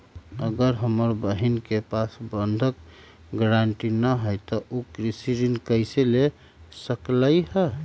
अगर हमर बहिन के पास बंधक गरान्टी न हई त उ कृषि ऋण कईसे ले सकलई ह?